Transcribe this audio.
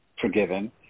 forgiven